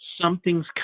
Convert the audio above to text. something's